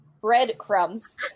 breadcrumbs